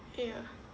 ya